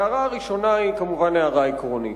הערה ראשונה היא, כמובן, הערה עקרונית: